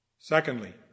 Secondly